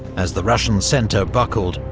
as the russian centre buckled,